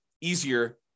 easier